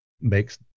makes